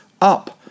up